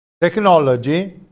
technology